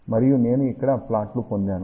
మరియు నేను ఇక్కడ ప్లాట్లు పొందాను